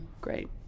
great